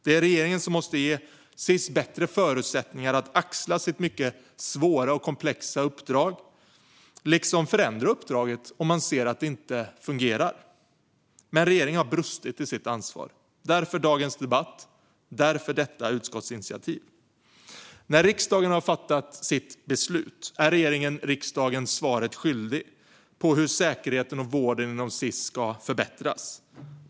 Det är regeringen som måste ge Sis bättre förutsättningar att axla sitt mycket svåra och komplexa uppdrag liksom förändra uppdraget om man ser att det inte fungerar. Men regeringen har brustit i sitt ansvar. Därför har vi dagens debatt, och därför tas detta utskottsinitiativ. När riksdagen har fattat sitt beslut är regeringen skyldig riksdagen att återkomma med svar på hur säkerheten och vården inom Sis ska förbättras.